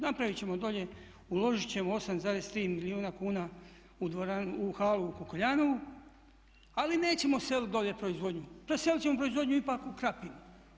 Napravit ćemo dolje, uložit ćemo 8,3 milijuna kuna u halu u Kukuljanovu, ali nećemo seliti dolje proizvodnju, preselit ćemo proizvodnju ipak u Krapinu.